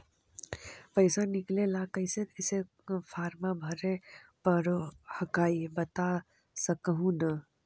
पैसा निकले ला कैसे कैसे फॉर्मा भरे परो हकाई बता सकनुह?